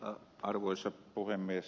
arvoisa puhemies